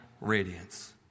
radiance